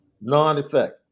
non-effect